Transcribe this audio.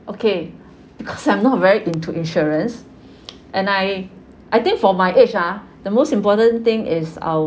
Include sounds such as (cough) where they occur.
okay (laughs) because I'm not very into insurance and I I think for my age ah the most important thing is our